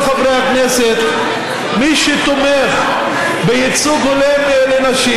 מי שתומך בייצוג הולם לנשים,